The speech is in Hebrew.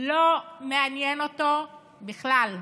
לא מעניין אותו בכלל.